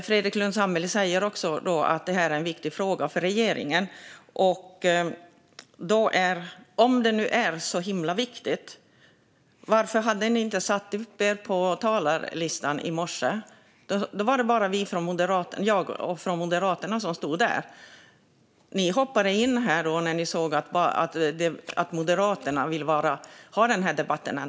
Fredrik Lundh Sammeli säger också att det här är en viktig fråga för regeringen. Om den nu är så himla viktig, varför hade ni inte satt upp er på talarlistan i morse? Då var det bara jag från Moderaterna som stod där. Ni hoppade in när ni såg att Moderaterna ville ha den här debatten.